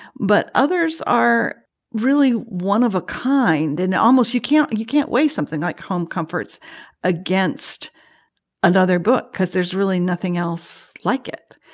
but others are really one of a kind and almost you can't you can't weigh something like home comforts against another book because there's really nothing else like it.